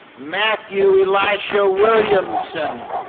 matthew elijah williamson.